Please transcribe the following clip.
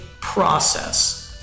process